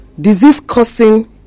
disease-causing